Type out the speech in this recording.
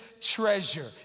treasure